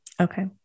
Okay